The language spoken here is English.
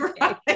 right